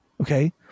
Okay